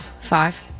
Five